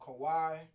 Kawhi